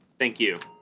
thank you